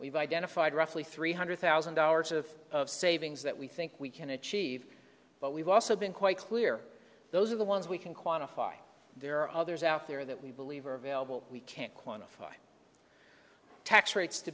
we've identified roughly three hundred thousand dollars of of savings that we think we can achieve but we've also been quite clear those are the ones we can quantify there are others out there that we believe are available we can't quantify tax rate